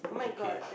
okay